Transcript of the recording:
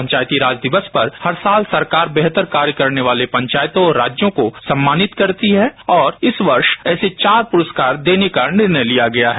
पंचायती राज दिवस पर हर साल सरकार बेहतर कार्य करने वाले पंचायतों और राज्यों को सम्मानित करती है और इस वर्ष ऐसे चार पुरस्कार देने का निर्णय लिया गया है